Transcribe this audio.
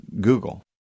Google